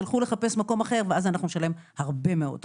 תלכו לחפש מקום אחר ואז אנחנו נשלם הרבה מאוד כסף.